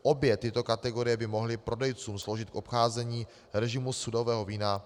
Obě tyto kategorie by mohly prodejcům sloužit k obcházení režimu sudového vína.